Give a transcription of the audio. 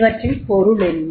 இவற்றின் பொருள் என்ன